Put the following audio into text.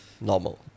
normal